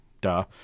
duh